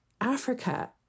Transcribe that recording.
Africa